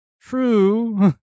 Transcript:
true